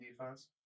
defense